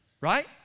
right